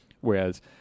whereas